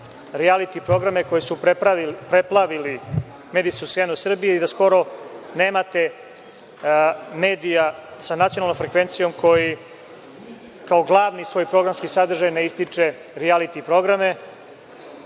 rijaliti programe koji su preplavili medijsku scenu Srbije. Skoro nemate medija sa nacionalnom frekvencijom koji kao glavni svoj programski sadržaj ne ističe rijaliti programe.